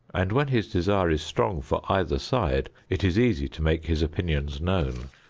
and when his desire is strong for either side it is easy to make his opinions known.